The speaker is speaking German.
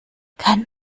kann